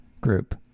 group